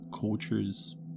culture's